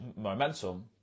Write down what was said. momentum